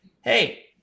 hey